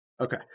Okay